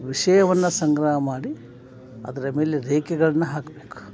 ವಿಷಯವನ್ನು ಸಂಗ್ರಹ ಮಾಡಿ ಅದರ ಮೇಲೆ ರೇಖೆಗಳನ್ನ ಹಾಕಬೇಕು